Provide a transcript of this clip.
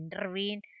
intervene